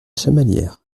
chamalières